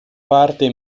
parte